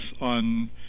on